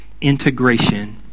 integration